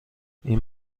این